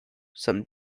some